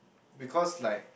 because like